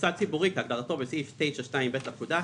מוסד ציבורי כהגדרתו בסעיף 9(2)(ב) לפקודה,